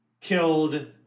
killed